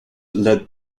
led